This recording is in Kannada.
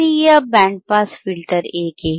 ಸಕ್ರಿಯ ಬ್ಯಾಂಡ್ ಪಾಸ್ ಫಿಲ್ಟರ್ ಏಕೆ